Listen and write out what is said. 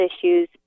issues